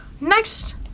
Next